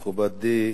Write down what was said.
מכובדי,